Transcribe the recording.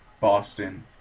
Boston